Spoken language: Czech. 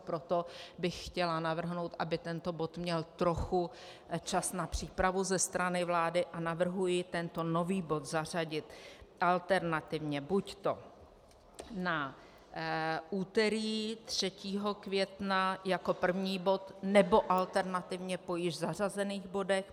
Proto bych chtěla navrhnout, aby tento bod měl trochu čas na přípravu ze strany vlády, a navrhuji tento nový bod zařadit alternativně buďto na úterý 3. května jako první bod, nebo alternativně po již zařazených bodech.